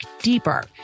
deeper